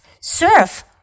Surf